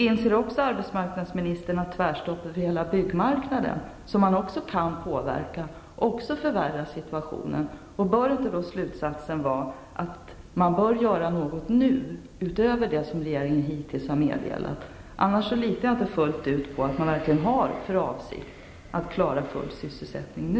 Inser arbetsmarknadsministern också att tvärstoppet för hela byggmarknaden, som man också kan påverka, förvärrar situationen? Bör inte slutsatsen då vara att man bör göra något nu, utöver det som regeringen hittills har meddelat? Annars litar jag inte fullt ut på att man verkligen har för avsikt att klara full sysselsättning nu.